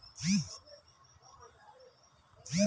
राकेशका तेच्या धान्यात सांडा किटा गावलो